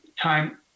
time